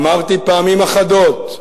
אמרתי פעמים אחדות: